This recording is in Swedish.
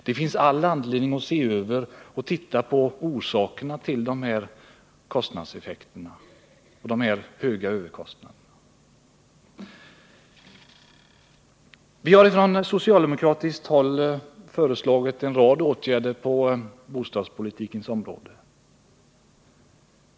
Det finns all anledning att se över orsakerna till dessa effekter av de höga överkostnaderna. Vi har från socialdemokratiskt håll föreslagit en rad åtgärder på bostadspolitikens område.